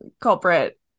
culprit